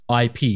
IP